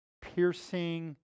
piercing